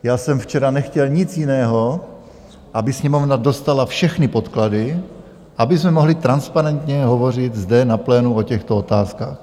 Já jsem včera nechtěl nic jiného, aby Sněmovna dostala všechny podklady, abychom mohli transparentně hovořit zde na plénu o těchto otázkách.